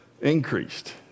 increased